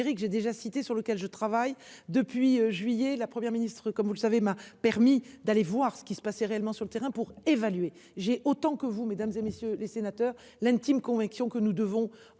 J'ai déjà citée sur lequel je travaille depuis juillet, la Première ministre, comme vous le savez, m'a permis d'aller voir ce qui se passait réellement sur le terrain pour évaluer j'ai autant que vous mesdames et messieurs les sénateurs. L'intime conviction que nous devons